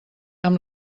amb